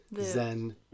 Zen